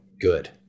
good